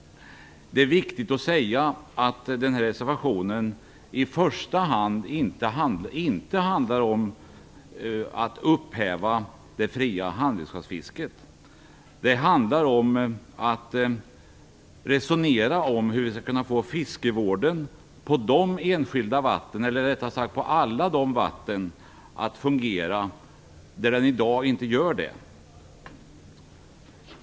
Det är viktigt att säga att den reservationen inte i första hand handlar om att upphäva det fria handredskapsfisket. Det gäller att resonera om hur vi skall kunna få fiskevården att fungera för alla de vatten där den i dag inte fungerar.